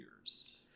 years